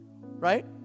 right